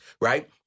right